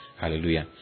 Hallelujah